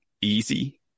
easy